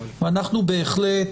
ואנחנו בהחלט,